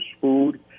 food